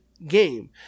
game